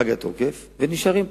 פג תוקפה והם נשארים פה.